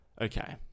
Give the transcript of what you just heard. okay